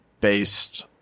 based